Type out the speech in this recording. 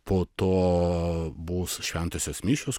po to bus šventosios mišios